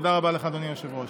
תודה רבה לך, אדוני היושב-ראש.